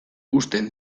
uzten